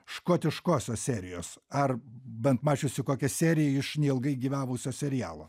škotiškosios serijos ar bent mačiusi kokia serija iš neilgai gyvavusio serialo